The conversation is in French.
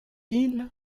île